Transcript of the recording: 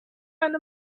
eine